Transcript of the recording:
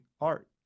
art